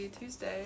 Tuesday